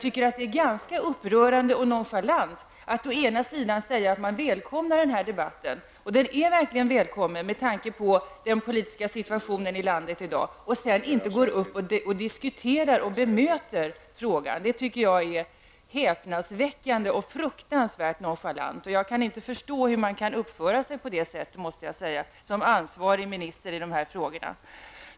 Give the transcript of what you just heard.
Det är ganska upprörande och nonchalant att å ena sidan säga att man välkomnar den här debatten -- den är verkligen välkommen med tanke på den politiska situationen i landet i dag -- och å andra sidan inte gå upp och diskutera och bemöta frågan. Det är häpnadsväckande och fruktansvärt nonchalant. Jag kan inte förstå hur man kan uppföra sig på det sättet som ansvarig minister i dessa frågor.